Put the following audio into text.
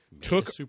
took